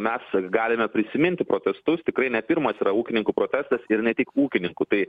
mes galime prisiminti protestus tikrai ne pirmas yra ūkininkų protestas ir ne tik ūkininkų tai